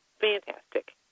fantastic